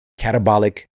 catabolic